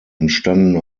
entstanden